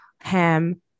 ham